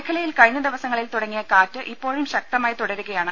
മേഖലയിൽ കഴിഞ്ഞദി വസങ്ങളിൽ തുടങ്ങിയ കാറ്റ് ഇപ്പോഴും ശക്തമായി തുടരുകയാണ്